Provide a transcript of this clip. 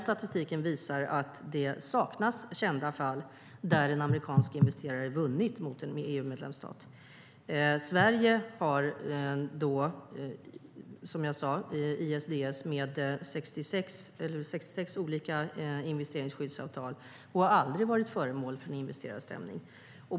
Statistiken visar att det saknas kända fall där en amerikansk investerare har vunnit mot en EU-medlemsstat. Sverige har med 66 olika investeringsskyddsavtal i ISDS och har aldrig varit föremål för en investerares stämning.